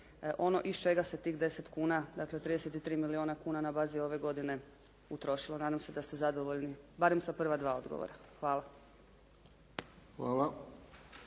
ono iz čega se tih 10 kuna dakle 33 milijuna na bazi ove godine utrošilo. Nadam se da ste zadovoljni barem sa prva dva odgovora. Hvala.